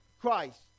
Christ